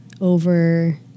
over